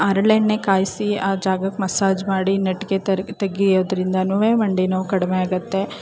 ಹರಳೆಣ್ಣೆ ಕಾಯಿಸಿ ಆ ಜಾಗಕ್ಕೆ ಮಸಾಜ್ ಮಾಡಿ ನಟಿಕೆ ತೆಗಿಯೋದ್ರಿಂದನು ಮಂಡಿ ನೋವು ಕಡಿಮೆ ಆಗುತ್ತೆ